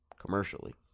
commercially